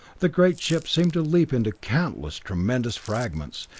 the great ship seemed to leap into countless tremendous fragments,